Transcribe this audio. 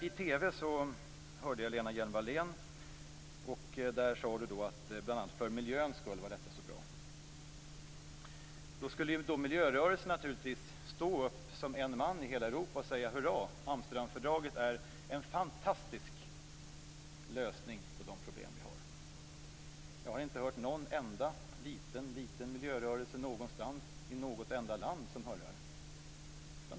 I morse hörde jag Lena Hjelm-Wallén i TV säga att detta bl.a. för miljöns skull är så bra. Men då skulle naturligtvis miljörörelsen stå upp som en man i hela Europa och säga: Hurra! Amsterdamfördraget är en fantastisk lösning på de problem vi har. Jag har dock inte hört någon enda liten liten miljörörelse någonstans i något enda land hurra.